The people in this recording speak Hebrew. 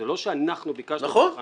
זה לא שאנחנו ביקשנו --- נכון, אמת.